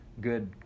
good